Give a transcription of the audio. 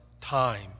time